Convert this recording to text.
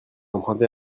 emprunter